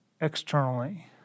externally